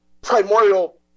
primordial